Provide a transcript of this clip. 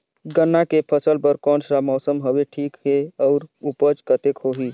गन्ना के फसल बर कोन सा मौसम हवे ठीक हे अउर ऊपज कतेक होही?